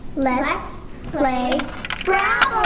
let's play scrabble!